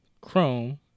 Chrome